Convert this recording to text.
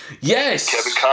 Yes